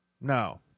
No